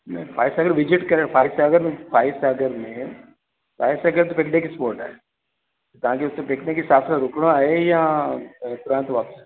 न फाय सागर विज़िट करे फाय सागर फाय सागर में फाइव सागर हिकु पिकनिक स्पॉट आहे त तव्हांखे पिकनिक जे हिसाब सां रुकिणो आहे या तुरंत वापिसि अचिणो आहे